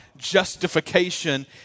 justification